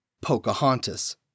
Pocahontas